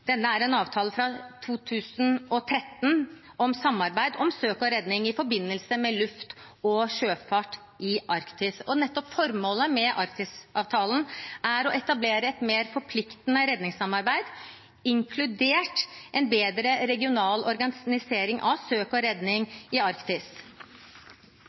denne sammenheng også nevne SAR-Arktis-avtalen. Det er en avtale fra 2013 om samarbeid om søk og redning i forbindelse med luft- og sjøfart i Arktis. Formålet med Arktis-avtalen er å etablere et mer forpliktende redningssamarbeid, inkludert en bedre regional organisering av søk og